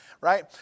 right